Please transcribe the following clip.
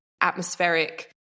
atmospheric